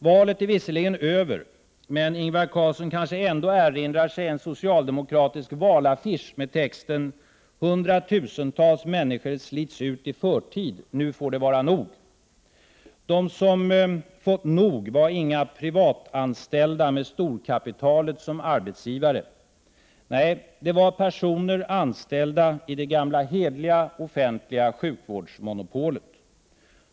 Valet är visserligen över, men Ingvar Carlsson kanske ändå erinrar sig en socialdemokratisk valaffisch med texten: ”Hundratusentals människor slits ut i förtid. Nu får det vara nog!” De som fått nog var inga privatanställda med storkapitalet som arbetsgivare. Nej, det var personer anställda i det gamla hederliga offentliga sjukvårdsmonopolet.